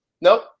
nope